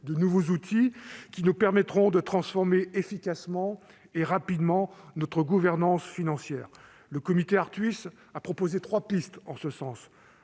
de nouveaux outils, qui nous permettront de transformer efficacement et rapidement notre gouvernance financière. La commission présidée par Jean Arthuis a proposé trois pistes en ce sens